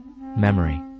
memory